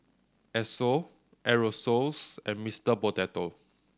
Esso Aerosoles and Mister Potato